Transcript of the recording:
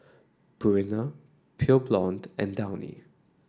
Purina Pure Blonde and Downy